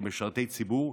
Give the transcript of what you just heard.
כמשרתי ציבור,